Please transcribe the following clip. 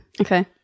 Okay